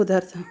पदार्थ